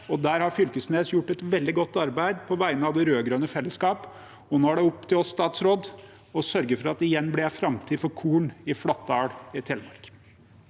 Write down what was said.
Der har Knag Fylkesnes gjort et veldig godt arbeid på vegne av det rød-grønne fellesskapet, og nå er det opp til oss og statsråden å sørge for at det igjen blir en framtid for korn i Flatdal i Telemark.